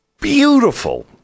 beautiful